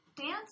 dance